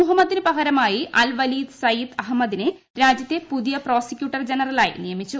മുഹമ്മദിന് പകരമായി Alwaleed Sayyid അഹമ്മദിനെ രാജ്യത്തെ പുതിയ പ്രോസിക്യൂട്ടർ ജനറലായി നിയമിച്ചു